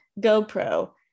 GoPro